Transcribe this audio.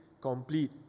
complete